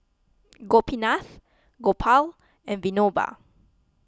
Gopinath Gopal and Vinoba